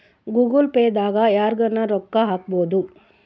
Google Pay ದಾಗ ಯರ್ಗನ ರೊಕ್ಕ ಹಕ್ಬೊದು